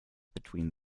between